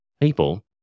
people